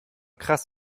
krass